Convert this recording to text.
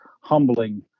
humbling